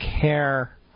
care